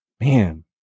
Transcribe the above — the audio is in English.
man